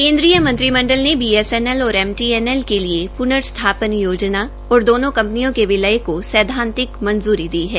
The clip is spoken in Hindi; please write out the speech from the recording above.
केन्द्रीय मंत्रिमंडल ने बीएसएनएल और एमटीएनएल के लिए प्नस्थापन योजना और दोनों कंपिनयों के विलय को सैद्वातिक मंजूरी दी है